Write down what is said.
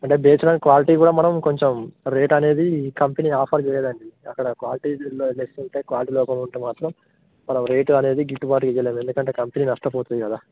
అంటే based on quality కూడా మనం కొంచెం రేట్ అనేది కంపెనీ ఆఫర్ చేయదండి అక్కడ క్వాలిటీ దీనిలో అయితే క్వాలిటీ లోపం ఉంటే మాత్రం మనం రేట్ అనేది గిట్టుబాటు ఇవ్వలేం ఎందుకంటే కంపెనీ నష్టపోతుంది కదా